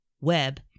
web